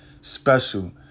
special